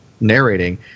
narrating